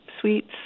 suites